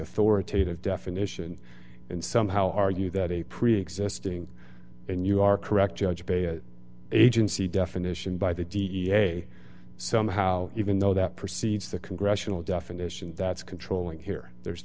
authoritative definition and somehow argue that a preexisting and you are correct judge agency definition by the da somehow even though that precedes the congressional definition that's controlling here there's